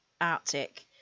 Arctic